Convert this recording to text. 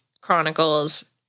Chronicles